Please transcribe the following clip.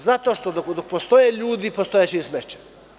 Zato što dok postoje ljudi, postojaće i smeća.